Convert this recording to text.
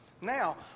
Now